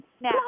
Now